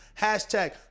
Hashtag